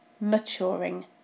maturing